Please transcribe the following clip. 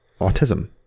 autism